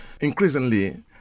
increasingly